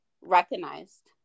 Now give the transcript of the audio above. recognized